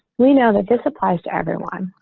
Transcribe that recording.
we know that this applies to everyone.